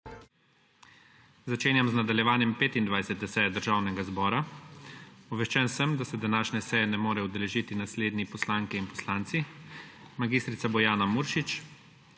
Začenjam z nadaljevanjem 25. seje Državnega zbora. Obveščen sem, da se današnje seje ne morejo udeležiti naslednji poslanke in poslanci: Bojana Muršič